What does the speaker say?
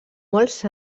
molts